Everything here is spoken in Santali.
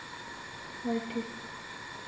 ᱦᱳᱭ ᱴᱷᱤᱠ